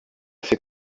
fait